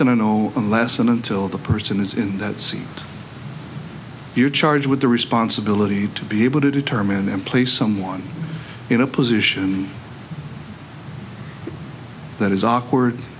to know unless and until the person is in that scene you're charged with the responsibility to be able to determine and place someone in a position that is awkward